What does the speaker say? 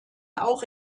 auch